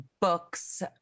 books